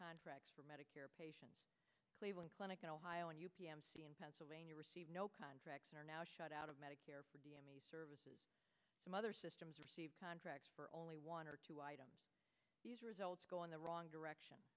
contracts for medicare patients cleveland clinic in ohio and you p m c in pennsylvania receive no contracts are now shut out of medicare services some other systems receive contracts for only one or two items these results go in the wrong direction